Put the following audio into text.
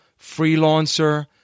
Freelancer